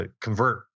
convert